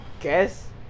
guess